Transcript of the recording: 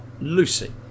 Lucy